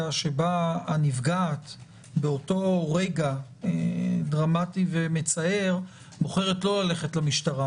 שבה הנפגעת באותו רגע דרמתי ומצער בוחרת לא ללכת למשטרה,